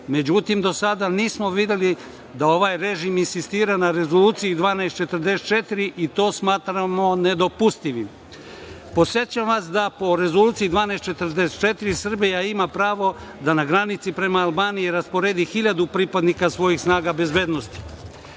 Međutim, do sada nismo videli da ovaj režim insistira na Rezoluciji 1244 i to smatramo nedopustivim. Podsećam vas da po Rezoluciji 1244 Srbija ima pravo da na granici prema Albaniji rasporedi 1.000 pripadnika svojih snaga bezbednosti.